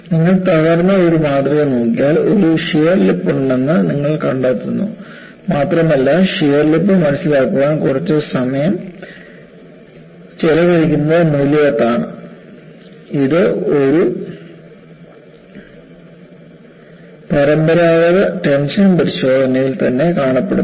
നിങ്ങൾ തകർന്ന ഒരു മാതൃക നോക്കിയാൽ ഒരു ഷിയർ ലിപ്പുണ്ടെന്ന് നിങ്ങൾ കണ്ടെത്തുന്നു മാത്രമല്ല ഷിയർ ലിപ്പ് മനസിലാക്കാൻ കുറച്ച് സമയം ചെലവഴിക്കുന്നത് മൂല്യവത്താണ് ഇത് ഒരു പരമ്പരാഗത ടെൻഷൻ പരിശോധനയിൽ തന്നെ കാണപ്പെടുന്നു